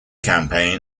campaign